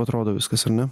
atrodo viskas ar ne